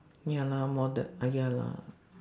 ya lor moder~ ah ya lah